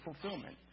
fulfillment